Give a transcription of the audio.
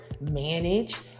manage